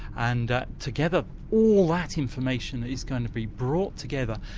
and together all that information is going to be brought together,